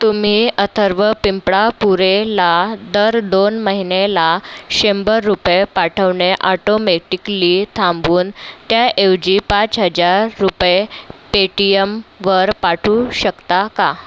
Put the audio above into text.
तुम्ही अथर्व पिंपळापुरेला दर दोन महिनेला शंभर रुपये पाठवणे ऑटोमेटिक्ली थांबवून त्याऐवजी पाच हजार रुपये पेटीयमवर पाठवू शकता का